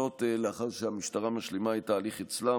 לאחר שהמשטרה משלימה את התהליך אצלה,